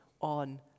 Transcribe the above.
on